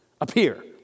appear